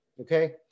Okay